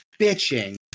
bitching